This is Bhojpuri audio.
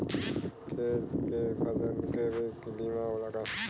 खेत के फसल के भी बीमा होला का?